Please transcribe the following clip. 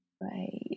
Right